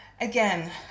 again